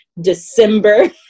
December